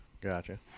Gotcha